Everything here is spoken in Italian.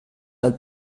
dal